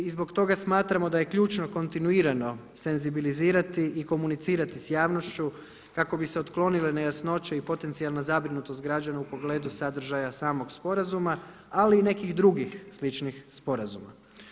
I zbog toga smatramo da je ključno kontinuirano senzibilizirati i komunicirati s javnošću kako bi se otklonile nejasnoće i potencijalna zabrinutost građana u pogledu sadržaja samog sporazuma ali i nekih drugih sličnih sporazuma.